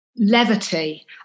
levity